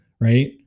right